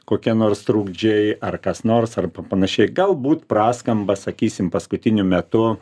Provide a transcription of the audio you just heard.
kokie nors trukdžiai ar kas nors ar panašiai galbūt praskamba sakysim paskutiniu metu